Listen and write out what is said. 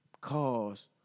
cause